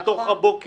אל תוך הבוקר,